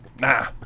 Nah